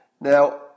Now